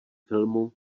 filmu